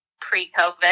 pre-COVID